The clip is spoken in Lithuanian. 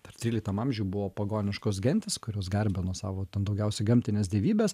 dar tryliktam amžiuj buvo pagoniškos gentys kurios garbino savo ten daugiausiai gamtines dievybes